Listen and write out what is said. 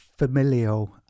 familial